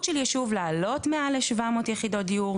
של יישוב לעלות מעל ל-700 יחידות דיור,